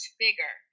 bigger